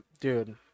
dude